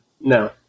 No